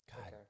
God